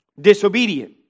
disobedient